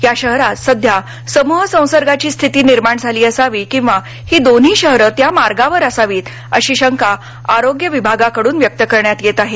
या शहरांत सध्या समूह संसर्गाची स्थिती निर्माण झाली असावी किंवा ही दोन्ही शहरं त्या मार्गावर असावीत अशी शंका आरोग्य विभागाकडूनही व्यक्त करण्यात येत आहे